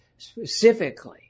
Specifically